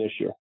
issue